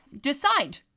decide